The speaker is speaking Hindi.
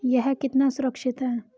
यह कितना सुरक्षित है?